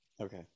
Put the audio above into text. Okay